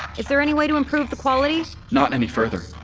is there any way to improve the quality? not any further.